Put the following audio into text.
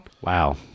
Wow